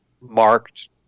marked